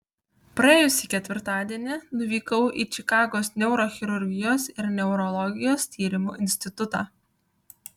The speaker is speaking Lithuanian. praėjusį ketvirtadienį nuvykau į čikagos neurochirurgijos ir neurologijos tyrimų institutą